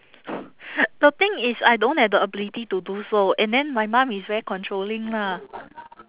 the thing is I don't have the ability to do so and then my mum is very controlling lah